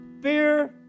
Fear